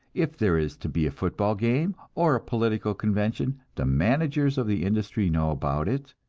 if there is to be a football game, or a political convention, the managers of the industry know about it,